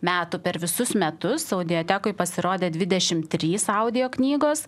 metų per visus metus audiotekoj pasirodė dvidešimt trys audioknygos